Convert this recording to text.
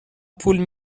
پول